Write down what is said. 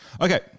Okay